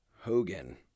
Hogan